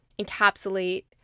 encapsulate